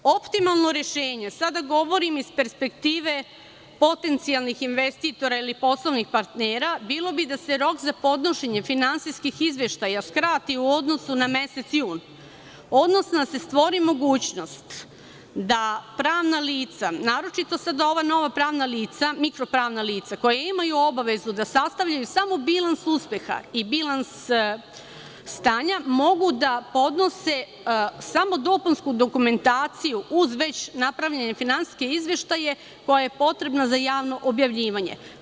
Optimalno rešenje, sada govorim iz perspektive potencijalnih investitora ili poslovnih partnera, bilo bi da se rok za podnošenje finansijskih izveštaja skrati u odnosu na mesec jun, odnosno da se stvori mogućnost da pravna lica, naročito sad ova nova pravna lica, mikro pravna lica, koja imaju obavezu da sastavljaju samo bilans uspeha i bilans stanja, mogu da podnose samo dopunsku dokumentaciju uz već napravljene finansijske izveštaje, koji su potrebni za javno objavljivanje.